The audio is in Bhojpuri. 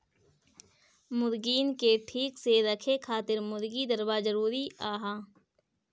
मुर्गीन के ठीक से रखे खातिर मुर्गी दरबा जरूरी हअ